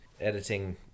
editing